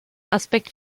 aspekt